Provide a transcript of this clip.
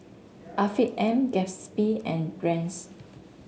Afiq M Gatsby and Brand's